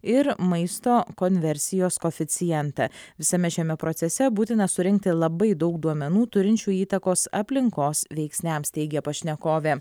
ir maisto konversijos koeficientą visame šiame procese būtina surinkti labai daug duomenų turinčių įtakos aplinkos veiksniams teigia pašnekovė